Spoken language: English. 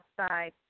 outside